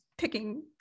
Picking